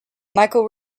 michael